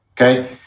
okay